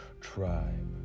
tribe